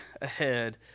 ahead